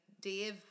Dave